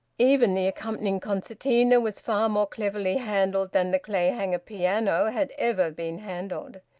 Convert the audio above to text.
even the accompanying concertina was far more cleverly handled than the clayhanger piano had ever been handled.